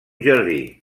jardí